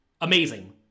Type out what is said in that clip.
amazing